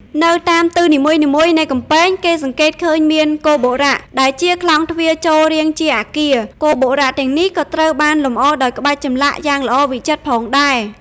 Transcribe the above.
នៅតាមទិសនីមួយៗនៃកំពែង គេសង្កេតឃើញមាន គោបុរៈដែលជាក្លោងទ្វារចូលរាងជាអគារ គោបុរៈទាំងនេះក៏ត្រូវបានលម្អដោយក្បាច់ចម្លាក់យ៉ាងល្អវិចិត្រផងដែរ។